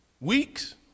Weeks